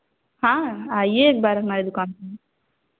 हाँ आईए एक बार हमारे दुकान